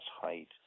height